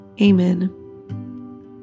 Amen